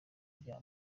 rya